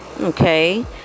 okay